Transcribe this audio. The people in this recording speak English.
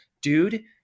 dude